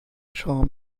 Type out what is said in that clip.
charm